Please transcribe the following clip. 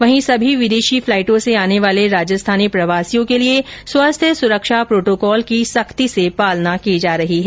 वहीं सभी विदेशी फ्लाइटों से आने वाले राजस्थानी प्रवासियों के लिए स्वास्थ्य सुरक्षा प्रोटोकाल की सख्ती से पालना की जा रही है